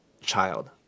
child